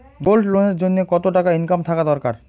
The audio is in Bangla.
গোল্ড লোন এর জইন্যে কতো টাকা ইনকাম থাকা দরকার?